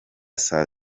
saa